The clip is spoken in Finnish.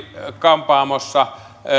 kampaamossa